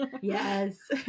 Yes